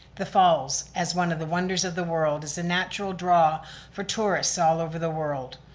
the falls, as one of the wonders of the world is the natural draw for tourists all over the world.